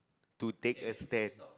to take a stairs